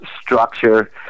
structure